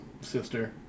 sister